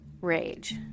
rage